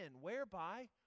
whereby